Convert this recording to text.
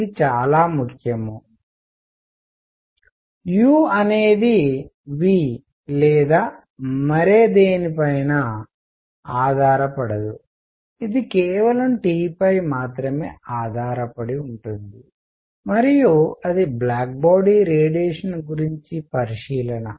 ఇది చాలా ముఖ్యం U అనేది V లేదా మరేదేనిపైనా ఆధారపడదు ఇది కేవలం T పై మాత్రమే ఆధారపడి ఉంటుంది మరియు అది బ్లాక్ బాడీ రేడియేషన్ గురించి పరిశీలన